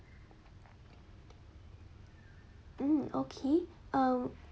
mm okay um